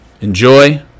Enjoy